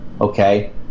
okay